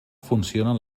funcionen